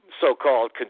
so-called